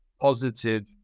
positive